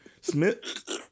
Smith